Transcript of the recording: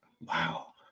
Wow